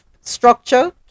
structure